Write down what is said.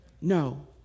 No